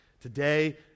Today